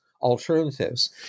alternatives